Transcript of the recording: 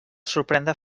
sorprendre